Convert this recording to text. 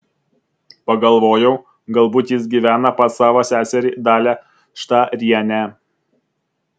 pagalvojau galbūt jis gyvena pas savo seserį dalią štarienę